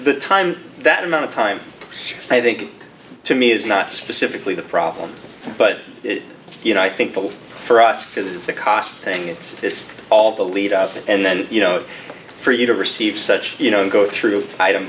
the time that amount of time i think to me is not specifically the problem but you know i think bill for us because it's a cost thing it's just all the lead up and then you know for you to receive such you know go through item